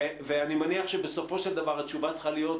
אני מניח שבסופו של דבר שהתשובה צריכה להיות